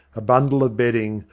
a bundle of bedding,